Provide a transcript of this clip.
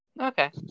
Okay